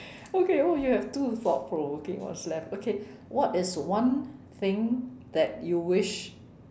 okay oh you have two thought provoking what's left okay what is one thing that you wish